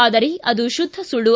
ಆದರೆ ಅದು ಶುದ್ಧ ಸುಳ್ಳು